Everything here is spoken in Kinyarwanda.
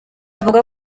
avuga